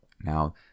now